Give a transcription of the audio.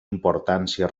importància